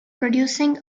producing